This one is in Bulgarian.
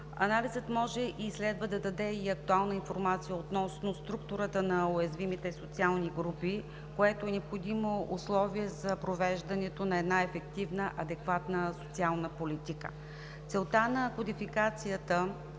Анализът може и следва да даде и актуална информация относно структурата на уязвимите социални групи, което е необходимо условие за провеждането на една ефективна, адекватна социална политика. Целта на кодификацията